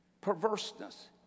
perverseness